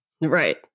Right